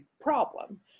problem